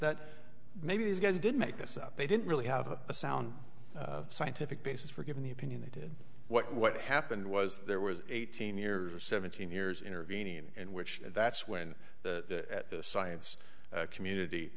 that maybe these guys did make this up they didn't really have a sound scientific basis for giving the opinion they did what what happened was there was eighteen years or seventeen years intervening in which that's when the at the science community